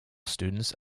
students